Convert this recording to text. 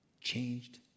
Changed